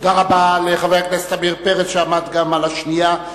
תודה רבה לחבר הכנסת עמיר פרץ, שעמד גם על השנייה.